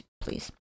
please